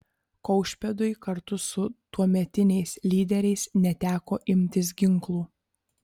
kaušpėdui kartu su tuometiniais lyderiais neteko imtis ginklų